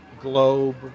globe